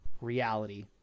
reality